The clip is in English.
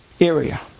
area